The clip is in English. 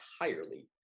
entirely